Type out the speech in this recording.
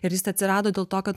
ir jis atsirado dėl to kad